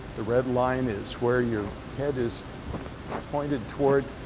the red line is where your head is pointed towards.